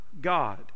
God